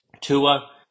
Tua